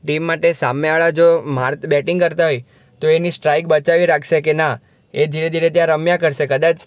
team માટે સામેવાળા જો મા બેટિંગ કરતા હોય તો એની સ્ટ્રાઈક બચાવી રાખશે કે ના એ ધીરે ધીરે ત્યાં રમ્યા કરશે કદાચ